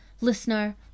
listener